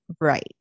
right